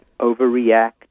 overreact